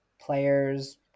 players